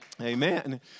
Amen